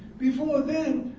before then,